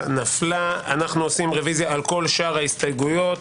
רביזיה על כל שאר ההסתייגויות.